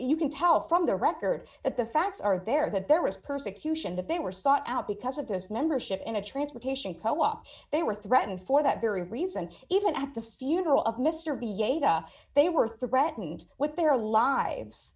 you can tell from their record at the facts are there that there was persecution that they were sought out because of this membership in a transportation co op they were threatened for that very reason even at the funeral of mr b jeda they were threatened with their lives